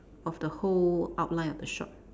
of the whole outline of the shop